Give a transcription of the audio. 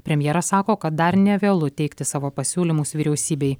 premjeras sako kad dar nevėlu teikti savo pasiūlymus vyriausybei